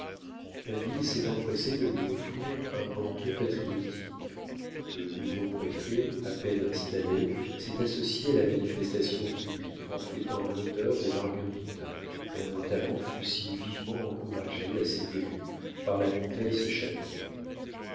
la ville s'est empressée de lui offrir un banquet patriotique le nouveau préfet à peine installé s'est associé à la manifestation publique en fêtant l'auteur des marguerites dont le talent fut si vivement encouragé à ses débuts par la comtesse